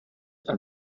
are